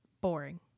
boring